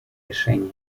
решения